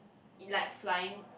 like flying